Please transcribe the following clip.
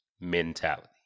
mentality